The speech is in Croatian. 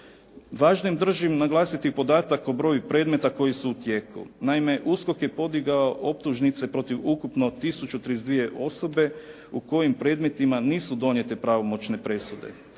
Važnim držim naglasiti podatak o broju predmeta koji su u tijeku. Naime, USKOK je podigao optužnice protiv ukupno tisuću 32 osobe u kojim predmetima nisu donijete pravomoćne presude.